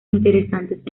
interesantes